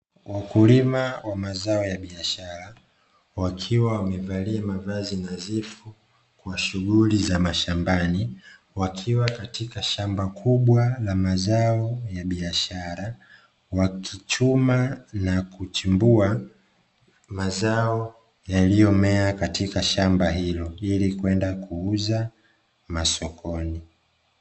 Wakulima wa mazao ya biashara, wakiwa wamevalia mavazi nadhifu kwa shughuli za shambani, wakiwa katika shamba kubwa la mazao ya biashara wakichimbua na kuvuna mazao yaliyomea kwenye shamba hilo ili kwenda kuuza masokoni.